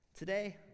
Today